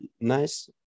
nice